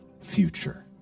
future